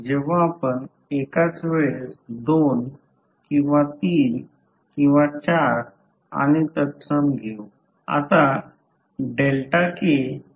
जेव्हा M21 म्हणतो याचा अर्थ असा होतो की कॉइल 1 काही करंट i 1 ने एक्साईट केली आहे आणि ती गोष्ट आहे